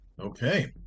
Okay